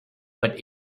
but